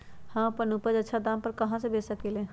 हम अपन उपज अच्छा दाम पर कहाँ बेच सकीले ह?